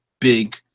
big